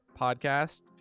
podcast